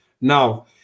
Now